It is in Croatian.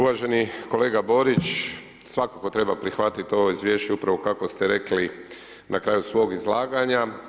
Uvaženi kolega Borić, svakako treba prihvatiti ovo izvješće upravo kako ste rekli na kraju svog izlaganja.